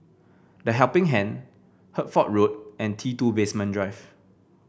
The Helping Hand Hertford Road and T two Basement Drive